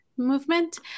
movement